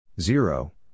Zero